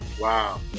Wow